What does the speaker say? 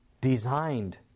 designed